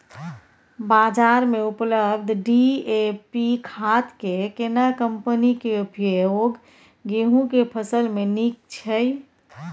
बाजार में उपलब्ध डी.ए.पी खाद के केना कम्पनी के उपयोग गेहूं के फसल में नीक छैय?